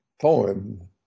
poem